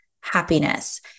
happiness